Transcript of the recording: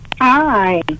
Hi